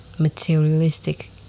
materialistic